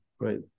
right